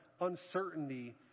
uncertainty